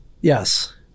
Yes